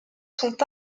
sont